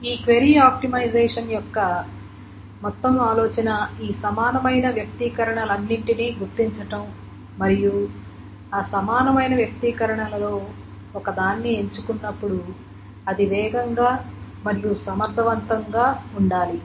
ఈ query optimisation యొక్క మొత్తం ఆలోచన ఈ సమానమైన వ్యక్తీకరణలన్నింటినీ గుర్తించడం మరియు ఆ సమానమైన వ్యక్తీకరణలలో ఒకదాన్ని ఎంచుకున్నప్పుడు అది వేగంగా మరియు సమర్ధవంతంగా ఉండాలి